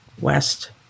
west